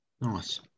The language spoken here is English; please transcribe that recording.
Nice